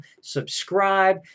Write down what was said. Subscribe